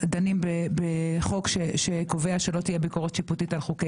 דנים בחוק שקובע שלא תהיה ביקורת שיפוטית על חוקי